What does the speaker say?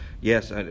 yes